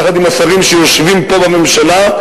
יחד עם השרים שיושבים פה בממשלה,